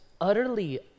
utterly